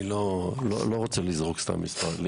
אני לא רוצה לזרוק סתם מספר.